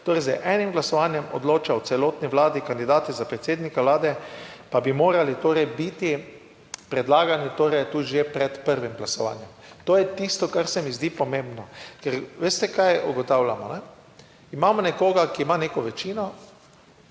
z enim glasovanjem odloča o celotni vladi, kandidati za predsednika vlade, pa bi morali torej biti predlagani, torej tu že pred prvim glasovanjem. To je tisto, kar se mi zdi pomembno, ker veste kaj ugotavljamo. Imamo nekoga, ki ima neko večino.